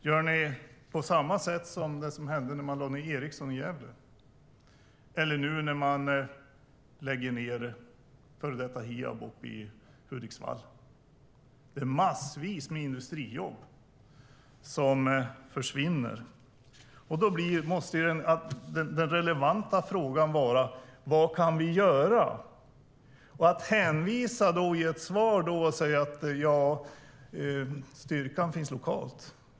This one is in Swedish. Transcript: Gör ni på samma sätt som när Ericsson lade ned verksamheten i Gävle eller nu när före detta Hiab uppe i Hudiksvall planerar att lägga ned? Det är massvis med industrijobb som kommer att försvinna. Då måste den relevanta frågan vara: Vad kan vi göra? Man hänvisar i svaret till att styrkan finns lokalt.